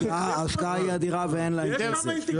ההשקעה היא אדירה ואין להם כסף.